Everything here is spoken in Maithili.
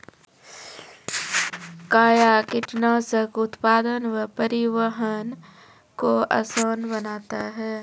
कया कीटनासक उत्पादन व परिवहन को आसान बनता हैं?